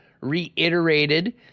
reiterated